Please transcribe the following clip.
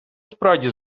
справді